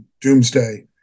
doomsday